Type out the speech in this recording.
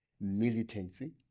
militancy